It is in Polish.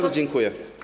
Dziękuję.